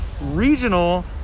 regional